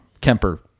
Kemper